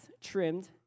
trimmed